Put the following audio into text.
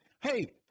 Hey